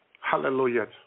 Hallelujah